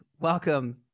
welcome